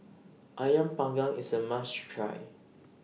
Ayam Panggang IS A must Try